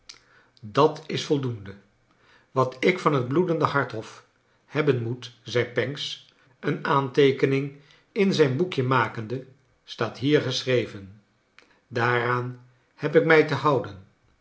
dat is voldoende wat ik van het bloedende hart hof hebben moet zei pancks een aanteekening in zijn boekje makende staat hier geschreven daar aan heb ik mij te houden